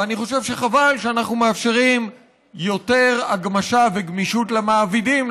ואני חושב שחבל שאנחנו מאפשרים יותר הגמשה וגמישות למעבידים,